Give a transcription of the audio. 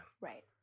Right